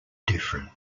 different